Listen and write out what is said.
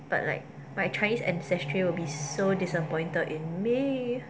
but like my chinese ancestry will be so disappointed in me